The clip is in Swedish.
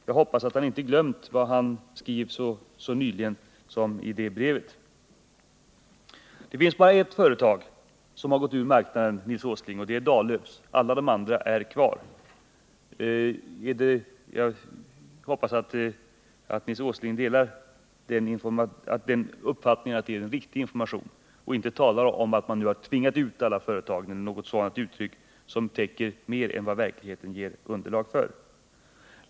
Jag hoppas att han inte glömt vad han skrev nyligen i det brevet. Det är bara ett oljeföretag som gått ur marknaden, Nils Åsling. Det är Dahllövs. Alla de andra är kvar. Jag hoppas att Nils Åsling delar uppfattningen att det är en riktig information och inte talar om att man nu har ”tvingat ut” alla företag. Sådana uttryck täcker mer än vad verkligheten ger underlag för.